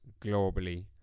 globally